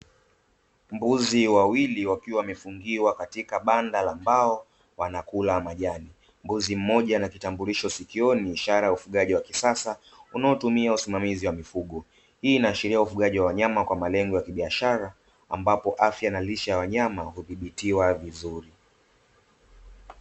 Mbuzi wawili wakiwa wamefungiwa katika banda la mbao, wanakula majani. Mbuzi mmoja Ana kitambulisho sikioni, ishara ya ufugaji wa kisasa unaotumia usimamizi wa mifugo. Hii inaashiria ufugaji wa wanyama kwa malengo ya kibiashara, ambapo afya na lishe ya wanyama hudhibitiwa vizuri.